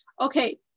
okay